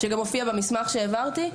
שגם מופיע במסמך שהעברתי,